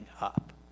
up